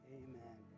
amen